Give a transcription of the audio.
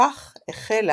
בכך החלה